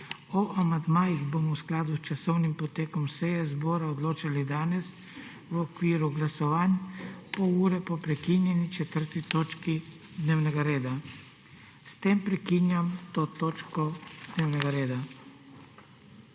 O amandmajih bomo v skladu s časovnim potekom sejo zbora odločali danes v okviru glasovanj, pol ure po prekinjeni 4. točki dnevnega reda. S tem prekinjam to točko dnevnega reda.